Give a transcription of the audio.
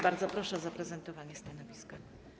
Bardzo proszę o zaprezentowanie stanowiska.